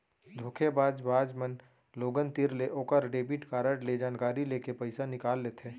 धोखेबाज बाज मन लोगन तीर ले ओकर डेबिट कारड ले जानकारी लेके पइसा निकाल लेथें